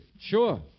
Sure